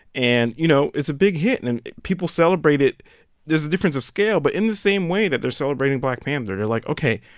and, you know, it's a big hit. and and people celebrate it there's a difference of scale, but in the same way that they're celebrating black panther, they're like ok,